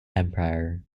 empire